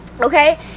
Okay